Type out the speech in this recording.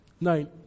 Nine